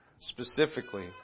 specifically